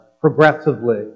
progressively